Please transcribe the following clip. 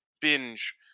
binge